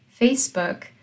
Facebook